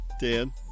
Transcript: Dan